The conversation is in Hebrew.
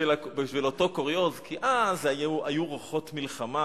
כי אז היו רוחות מלחמה,